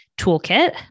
toolkit